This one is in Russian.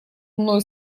мной